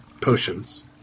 potions